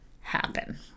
happen